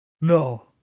No